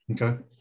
Okay